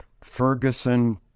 Ferguson